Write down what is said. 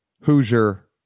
Hoosier